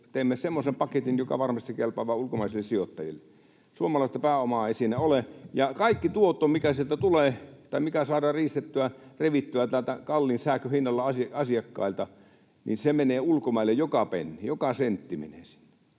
teemme semmoisen paketin, joka varmasti kelpaa vain ulkomaisille sijoittajille. Suomalaista pääomaa ei siinä ole, ja kaikki tuotto, mikä sieltä tulee tai mikä saadaan riistettyä, revittyä asiakkailta täältä kalliin sähkön hinnalla, menee ulkomaille. Joka penni, joka sentti menee sinne.